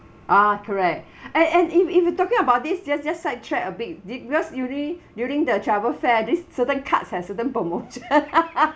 ah correct and and if if you talking about this just just side track a bit did because during during the travel fair this certain cards has certain promotion